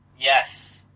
Yes